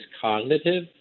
cognitive